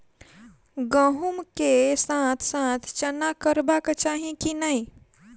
गहुम केँ साथ साथ चना करबाक चाहि की नै?